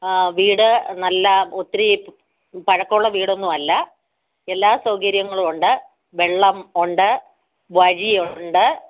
വീട് നല്ല ഒത്തിരി പഴക്കമുള്ള വീടൊന്നുവല്ല എല്ലാ സൗകര്യങ്ങളുമുണ്ട് വെള്ളം ഉണ്ട് വഴി ഉണ്ട്